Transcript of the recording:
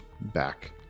back